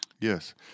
Yes